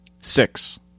six